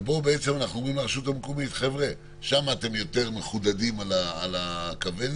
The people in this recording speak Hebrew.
ואנחנו אומרים לרשות המקומית: שם אתם יותר מחודדים על הכוונת,